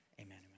amen